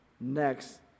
next